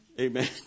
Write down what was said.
Amen